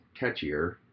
catchier